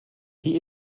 wie